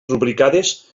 rubricades